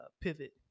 pivot